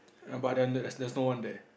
ya but then there's there's no one there